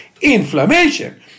inflammation